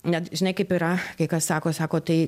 net žinai kaip yra kai kas sako sako tai